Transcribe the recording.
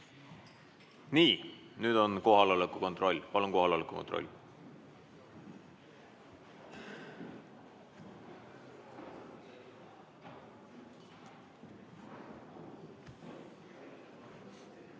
Nii, nüüd on kohaloleku kontroll.